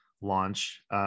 launch